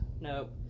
nope